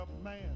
man